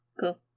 Cool